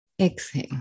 Exhale